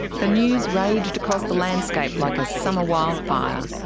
the news raged across the landscape like a summer wildfire.